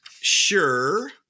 sure